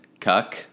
cuck